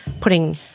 putting